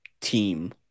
team